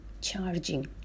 charging